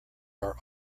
are